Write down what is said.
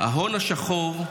ההון השחור,